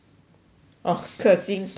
orh 克星克星